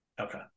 Okay